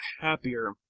happier